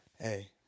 Hey